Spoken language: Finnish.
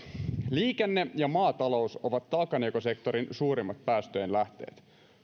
liikenne ja maatalous ovat taakanjakosektorin suurimmat päästöjen lähteet